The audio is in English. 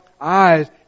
eyes